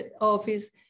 office